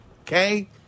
okay